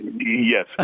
Yes